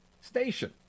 Station